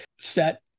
set